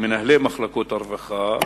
מנהלי מחלקות הרווחה,